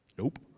Nope